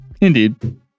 Indeed